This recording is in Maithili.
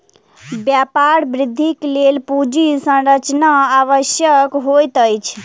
व्यापार वृद्धिक लेल पूंजी संरचना आवश्यक होइत अछि